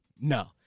no